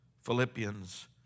Philippians